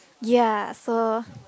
ya so